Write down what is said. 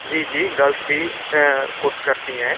जी जी गल्स भी कोर्स करती हैं